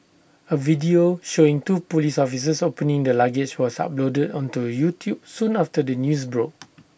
A video showing two Police officers opening the luggage was uploaded onto YouTube soon after the news broke